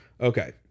okay